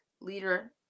leader